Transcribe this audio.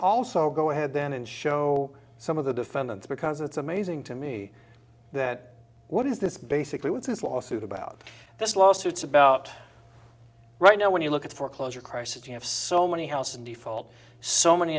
also go ahead then and show some of the defendants because it's amazing to me that what is this basically with this lawsuit about this lawsuits about right now when you look at the foreclosure crisis you have so many houses default so many